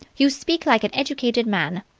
you speak like an educated man.